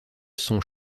sont